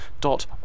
dot